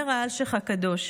אומר האלשיך הקדוש: